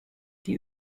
die